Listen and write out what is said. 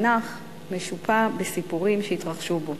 והתנ"ך משופע בסיפורים שהתרחשו בו: